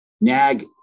NAG